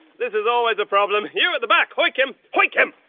this is always a problem, you at the back, hoik him! hoik him!